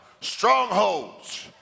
strongholds